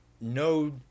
no